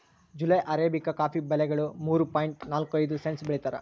July arabica coffee ಬೆಲೆಗಳು ಮೂರು point ನಾಲ್ಕು ಐದು ಸೆಂಟ್ಸ್ ಬೆಳೀತಾರ